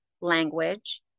language